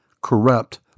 corrupt